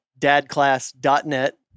dadclass.net